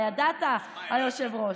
הידעת, היושב-ראש?